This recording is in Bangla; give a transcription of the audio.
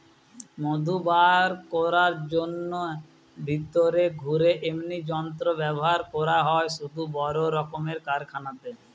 মধু বার কোরার জন্যে ভিতরে ঘুরে এমনি যন্ত্র ব্যাভার করা হয় শুধু বড় রক্মের কারখানাতে